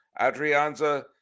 Adrianza